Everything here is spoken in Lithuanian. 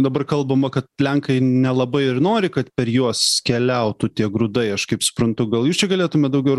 dabar kalbama kad lenkai nelabai ir nori kad per juos keliautų tie grūdai aš kaip suprantu gal jūs čia galėtumėt daugiau ir